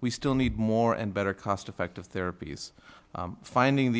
we still need more and better cost effective therapies finding